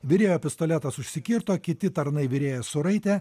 virėjo pistoletas užsikirto kiti tarnai virėją suraitė